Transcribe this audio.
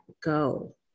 go